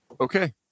Okay